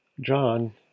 John